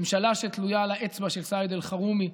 ממשלה שתלויה על האצבע של סעיד אלחרומי,